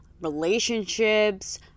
relationships